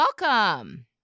welcome